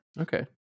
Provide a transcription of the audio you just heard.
Okay